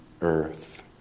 earth